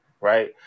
right